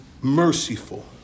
merciful